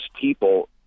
people